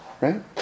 Right